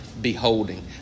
beholding